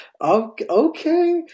okay